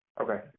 Okay